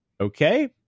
Okay